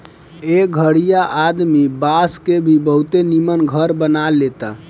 एह घरीया आदमी बांस के भी बहुते निमन घर बना लेता